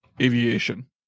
aviation